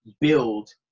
build